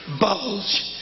bulge